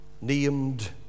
named